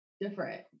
different